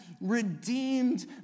redeemed